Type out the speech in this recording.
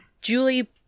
Julie